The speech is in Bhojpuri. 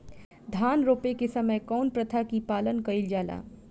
धान रोपे के समय कउन प्रथा की पालन कइल जाला?